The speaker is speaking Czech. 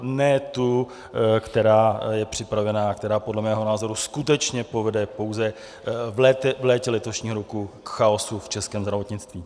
Ne tu, která je připravená a která podle mého názoru skutečně povede pouze v létě letošního roku k chaosu v českém zdravotnictví.